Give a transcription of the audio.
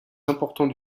importants